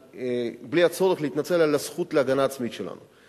בלי הצורך להתנצל על הזכות להגנה עצמית שלנו.